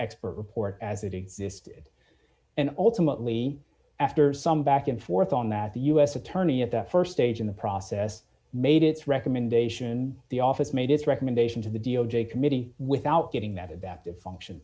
expert report as it existed and ultimately after some back and forth on that the u s attorney at that st stage in the process made its recommendation the office made its recommendation to the d o j committee without getting that adaptive function